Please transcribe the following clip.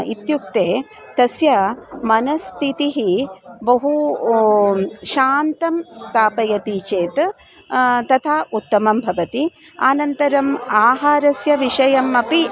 इत्युक्ते तस्य मनस्थितिः बहु शान्तं स्थापयति चेत् तथा उत्तमं भवति अनन्तरम् आहारस्य विषयः अपि